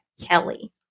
Kelly